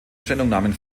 stellungnahmen